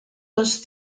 los